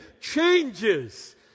changes